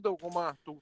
dauguma tų